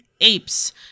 apes